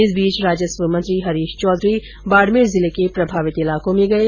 इस बीच राजस्व मंत्री हरीश चौधरी बाडमेर जिले के प्रभावित इलाकों में गये